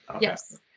Yes